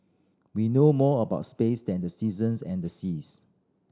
we know more about space than the seasons and the seas